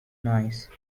noise